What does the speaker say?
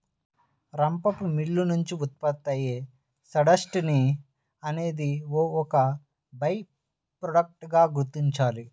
రంపపు మిల్లు నుంచి ఉత్పత్తి అయ్యే సాడస్ట్ ని అనేది ఒక బై ప్రొడక్ట్ గా గుర్తించాలి